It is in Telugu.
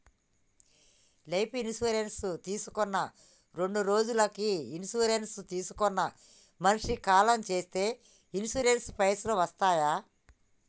లైఫ్ ఇన్సూరెన్స్ తీసుకున్న రెండ్రోజులకి ఇన్సూరెన్స్ తీసుకున్న మనిషి కాలం చేస్తే ఇన్సూరెన్స్ పైసల్ వస్తయా?